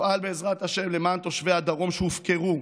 אפעל בעזרת השם למען תושבי הדרום שהופקרו,